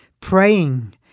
praying